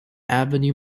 avenue